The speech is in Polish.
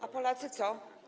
A Polacy co?